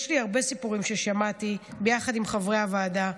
יש לי הרבה סיפורים ששמעתי יחד עם חברי הוועדה.